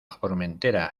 formentera